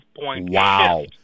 Wow